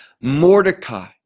Mordecai